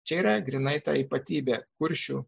čia yra grynai tą ypatybė kuršių